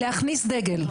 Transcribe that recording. להכניס דגל.